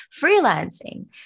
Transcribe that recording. freelancing